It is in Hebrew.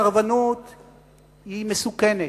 הסרבנות היא מסוכנת.